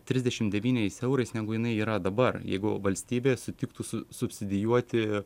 trisdešim devyniais eurais negu jinai yra dabar jeigu valstybė sutiktų su subsidijuoti